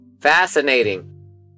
Fascinating